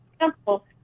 example